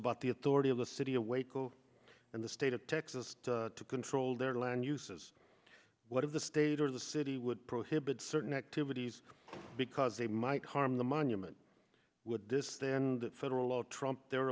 about the authority of the city of waco and the state of texas to control their land use as one of the state or the city would prohibit certain activities because they might harm the monument would this then that federal law trump their